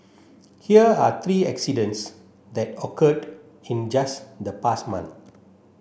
here are three accidents that occurred in just the past month